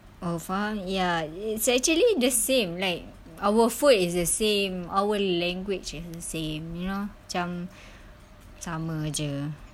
oh faham ya it's actually the same like our food is the same our language is the same you know macam sama jer